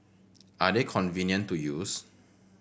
are they convenient to use